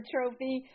Trophy